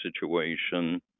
situation